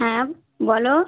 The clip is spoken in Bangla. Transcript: হ্যাঁ বলো